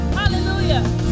hallelujah